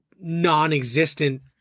non-existent